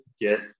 get